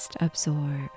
absorb